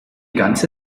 ganze